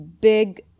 big